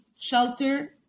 shelter